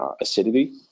Acidity